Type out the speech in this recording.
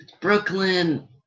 Brooklyn